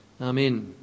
Amen